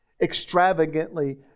extravagantly